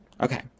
Okay